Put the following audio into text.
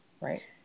right